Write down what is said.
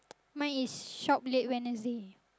mine is shop late Wednesday